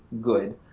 good